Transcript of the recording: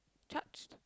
charged